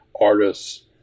artists